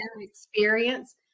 experience